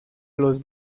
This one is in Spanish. los